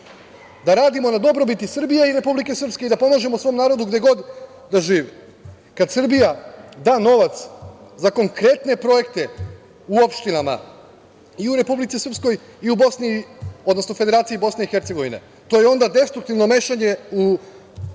da radimo na dobrobiti Srbije i Republike Srpske i da pomažemo svom narodu gde god da živi. Kad Srbija da novac za konkretne projekte u opštinama, i u Republici Srpskoj i u Federaciji Bosne i Hercegovine, to je onda destruktivno mešanje u unutrašnje